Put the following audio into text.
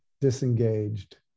disengaged